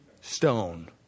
stone